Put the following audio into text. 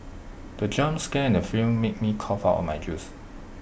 the jump scare in the film made me cough out my juice